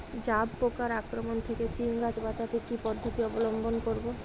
জাব পোকার আক্রমণ থেকে সিম চাষ বাচাতে কি পদ্ধতি অবলম্বন করব?